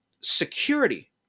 security